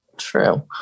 true